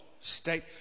state